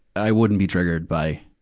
i wouldn't be triggered by